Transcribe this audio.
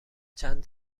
چند